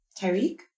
Tariq